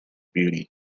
beauty